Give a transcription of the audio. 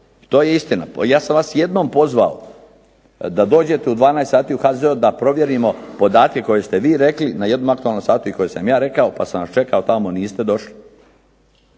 to je istina. Ja sam vas jednom pozvao da dođete u 12 sati u HZZO da provjerimo podatke koje ste vi rekli na jednom aktualnom satu i koje sam ja rekao, pa sam vas čekao tamo niste došli.